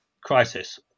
crisis